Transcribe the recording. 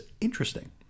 interesting